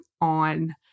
on